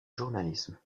journalisme